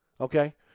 Okay